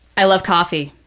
i love coffee.